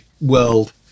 world